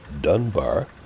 Dunbar